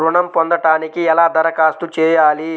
ఋణం పొందటానికి ఎలా దరఖాస్తు చేయాలి?